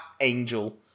angel